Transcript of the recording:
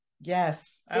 yes